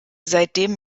seitdem